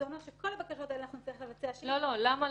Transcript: וזה אומר שבכל הבקשות האלה אנחנו נצטרך לבצע שאילתה --- סליחה,